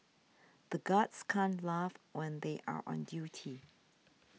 the guards can't laugh when they are on duty